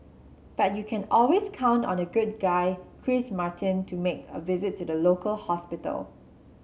but you can always count on good guy Chris Martin to make a visit to the local hospital